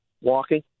walking